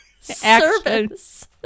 service